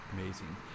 amazing